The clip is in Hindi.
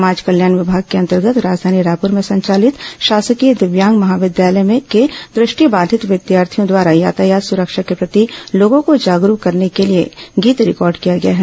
समाज कल्याण विभाग के अंतर्गत राजघानी रायपुर में संचालित शासकीय दिव्यांग महाविद्यालय के दृष्टिबाधित विद्यार्थियों द्वारा यातायात सुरक्षा के प्रति लोगों को जागरूक करने के लिए गीत रिकॉर्ड किया गया है